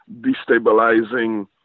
destabilizing